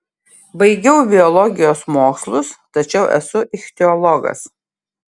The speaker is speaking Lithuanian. baigiau biologijos mokslus tačiau esu ichtiologas